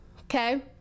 Okay